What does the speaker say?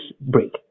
break